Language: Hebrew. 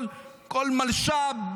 כל מלש"ב,